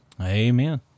Amen